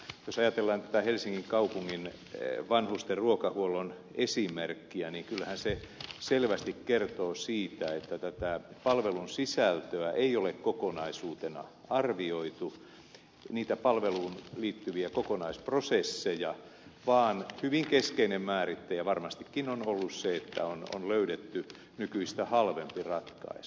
jos ajatellaan tätä helsingin kaupungin vanhusten ruokahuollon esimerkkiä niin kyllähän se selvästi kertoo siitä että tätä palvelun sisältöä ei ole kokonaisuutena arvioitu niitä palveluun liittyviä kokonaisprosesseja vaan hyvin keskeinen määrittäjä varmastikin on ollut se että on löydetty nykyistä halvempi ratkaisu